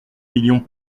millions